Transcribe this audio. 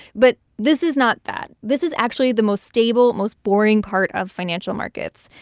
but this is not that. this is actually the most stable, most boring part of financial markets.